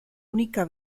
única